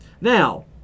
Now